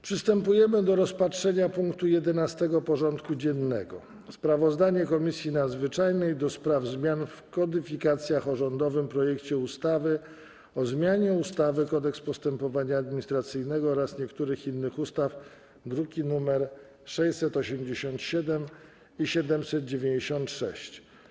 Przystępujemy do rozpatrzenia punktu 11. porządku dziennego: Sprawozdanie Komisji Nadzwyczajnej o rządowym projekcie ustawy o zmianie ustawy - Kodeks postępowania administracyjnego oraz niektórych innych ustaw (druki nr 687 i 796)